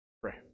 Pray